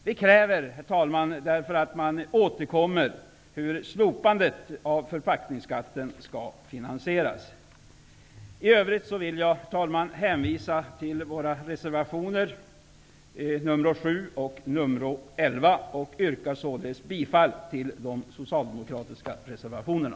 Vi kräver, herr talman, en redovisning av hur slopandet av förpackningsskatten skall finansieras, eftersom man avser att återkomma. Herr talman! I övrigt hänvisar jag till våra reservationer nr 7 och nr 11 och yrkar bifall till de socialdemokratiska reservationerna.